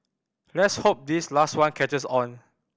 let's hope this last one catches on